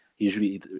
usually